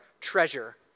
treasure